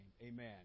Amen